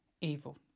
evil